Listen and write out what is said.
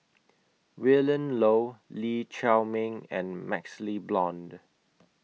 Willin Low Lee Chiaw Meng and MaxLe Blond